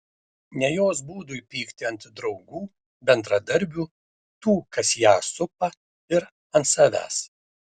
ne jos būdui pykti ant draugų bendradarbių tų kas ją supa ir ant savęs